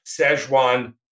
Szechuan